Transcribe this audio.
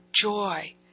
joy